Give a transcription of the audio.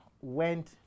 went